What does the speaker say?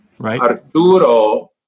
Arturo